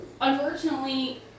unfortunately